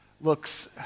looks